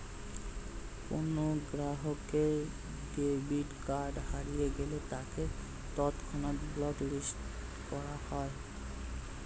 কোনো গ্রাহকের debit card হারিয়ে গেলে তাকে তৎক্ষণাৎ ব্লক লিস্ট করা হয়